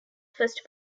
first